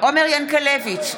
עומר ינקלביץ'